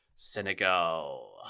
Senegal